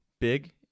big